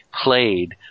played